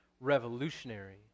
revolutionary